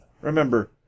Remember